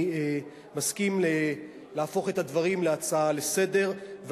אני מסכים להפוך את הדברים להצעה לסדר-היום,